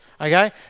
Okay